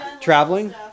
traveling